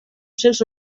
cents